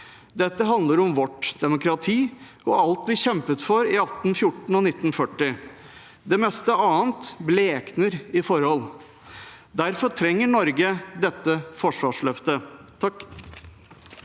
Dette handler om vårt demokrati og alt vi kjempet for i 1814 og 1940. Det meste annet blekner i forhold. Derfor trenger Norge dette forsvarsløftet. Dagny